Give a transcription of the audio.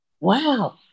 Wow